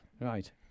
Right